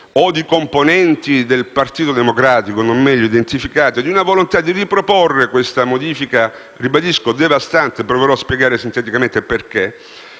o di componenti del Partito Democratico non meglio identificati, di riproporre questa modifica - ribadisco: devastante e proverò a spiegare sinteticamente perché